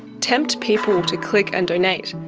tempt people to click and donate.